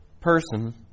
person